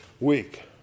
week